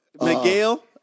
Miguel